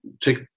take